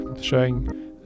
showing